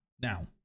Now